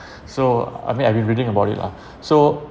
so I mean I've been reading about it lah so